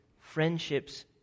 friendships